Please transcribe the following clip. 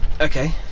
Okay